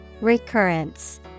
Recurrence